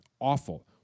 Awful